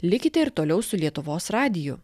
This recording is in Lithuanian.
likite ir toliau su lietuvos radiju